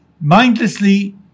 mindlessly